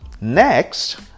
Next